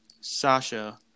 Sasha